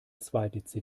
zweite